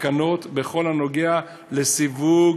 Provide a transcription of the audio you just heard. תקנות בכל הנוגע לסיווג